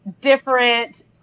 different